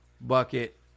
bucket